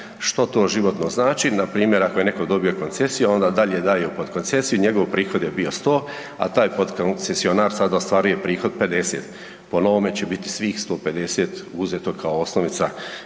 Što to životno znači? Npr. ako je netko dobio koncesiju, a onda dalje daje u potkoncesiju i njegov prihod je bio 100, a taj potkoncesionar sada ostvaruje prihod 50. Po novome će biti svih 150 uzeto kao osnovica